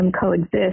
coexist